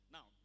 Now